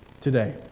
today